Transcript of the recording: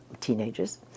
teenagers